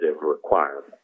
requirement